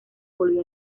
volvió